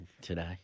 today